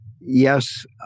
yes